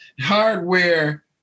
hardware